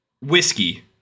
whiskey